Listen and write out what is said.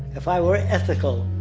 if i were ethical,